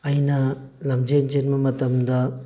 ꯑꯩꯅ ꯂꯝꯖꯦꯜ ꯆꯦꯟꯕ ꯃꯇꯝꯗ